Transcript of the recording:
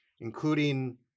including